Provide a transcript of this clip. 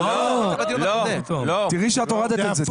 תבדקי שהורדת את זה.